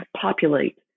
populate